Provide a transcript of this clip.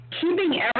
keeping